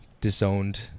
disowned